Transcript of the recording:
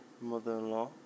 mother-in-law